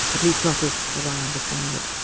at least not as as i understand it.